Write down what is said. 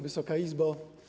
Wysoka Izbo!